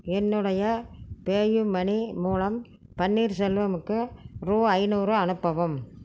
என்னுடைய பேயூமனி மூலம் பன்னீர்செல்வமுக்கு ரூ ஐநூறு அனுப்பவும்